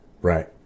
right